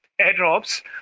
airdrops